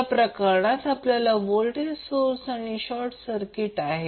याप्रकरणात आपल्याकडे voltage source हा शॉर्ट सर्किट आहे